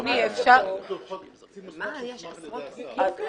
אפשר לכתוב "קצין מוסמך שהוסמך על ידי השר".